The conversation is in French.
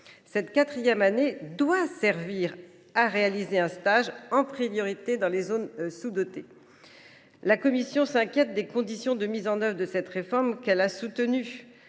Cette quatrième année doit servir à faire un stage, en priorité dans les zones sous denses. La commission s’inquiète des conditions de mise en œuvre de cette réforme, qu’elle a soutenue.